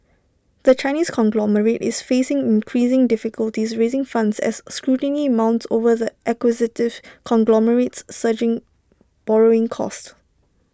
the Chinese conglomerate is facing increasing difficulties raising funds as scrutiny mounts over the acquisitive conglomerate's surging borrowing costs